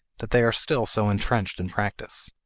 that they are still so entrenched in practice?